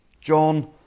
John